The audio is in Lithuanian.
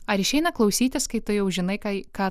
ar išeina klausytis kai tu jau žinai kai ką